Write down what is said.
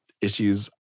issues